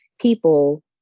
people